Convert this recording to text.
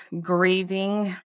grieving